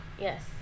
yes